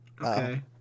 Okay